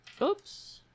oops